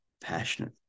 passionate